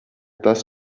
tas